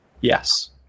yes